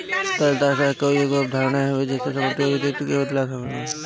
तरलता अर्थशास्त्र कअ एगो अवधारणा हवे जेसे समाप्ति अउरी दायित्व के बदलाव शामिल होला